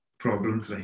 problems